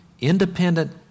independent